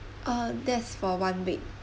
uh that's for one week